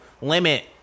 limit